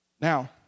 Now